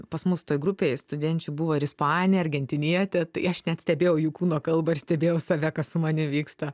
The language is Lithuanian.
pas mus toj grupėj studenčių buvo ir ispanė argentinietė tai aš net stebėjau jų kūno kalbą ir stebėjau save kas su manim vyksta